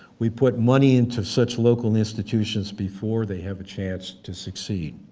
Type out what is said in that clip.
we put money into such local institutions before they have a chance to succeed.